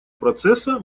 процесса